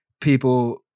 people